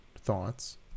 thoughts